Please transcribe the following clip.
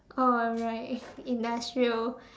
oh right industrial